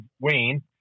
Wayne